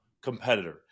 competitor